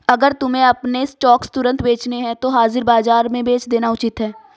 अगर तुम्हें अपने स्टॉक्स तुरंत बेचने हैं तो हाजिर बाजार में बेच देना उचित है